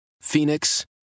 Phoenix